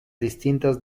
distintas